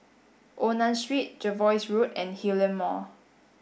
Onan Road Jervois Road and Hillion Mall